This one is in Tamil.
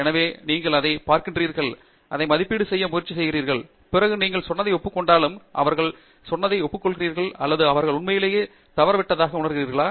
எனவே நீங்கள் அதைப் பார்க்கிறீர்கள் அதை மதிப்பீடு செய்ய முயற்சி செய்கிறீர்கள் பிறகு நீங்கள் சொன்னதை ஒப்புக்கொண்டாலும் அவர்கள் சொன்னதை ஒப்புக்கொள்கிறீர்களா அல்லது அவர்கள் உண்மையிலேயே புள்ளி தவறவிட்டதாக உணர்கிறீர்களா